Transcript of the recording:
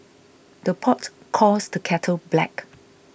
the pot calls the kettle black